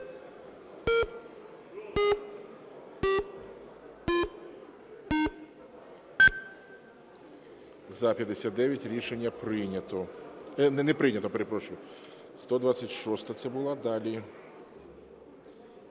За-59 Рішення прийнято. Не прийнято, перепрошую. 126-а це була. Далі